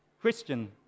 Christian